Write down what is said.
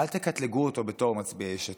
אל תקטלגו אותו בתור מצביעי יש עתיד,